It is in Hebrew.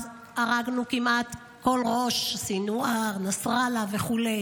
הרגנו כמעט כל ראש, סנוואר, נסראללה וכו'.